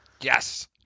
Yes